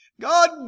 God